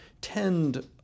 tend